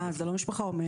אה, זו לא משפחה אומנת.